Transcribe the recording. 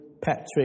Patrick